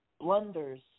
blunders